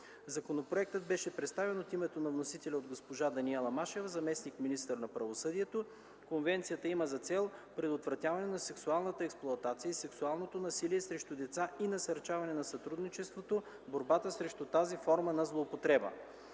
Законопроектът беше представен от името на вносителя от госпожа Даниела Машева – заместник-министър на правосъдието. Конвенцията има за цел предотвратяване на сексуалната експлоатация и сексуалното насилие срещу деца и насърчаване на сътрудничеството в борбата срещу тази форма на злоупотреба.